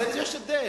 יש הבדל